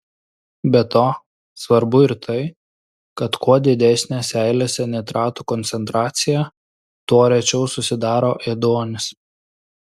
be to svarbu ir tai kad kuo didesnė seilėse nitratų koncentracija tuo rečiau susidaro ėduonis